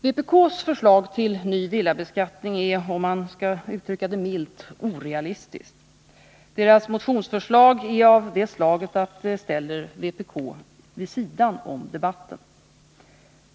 Vpk:s förslag till ny villabeskattning är — om man skall uttrycka det milt — orealistiskt. Motionsförslaget är sådant att det ställer vpk vid sidan om debatten.